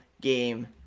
game